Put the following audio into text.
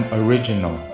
original